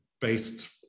based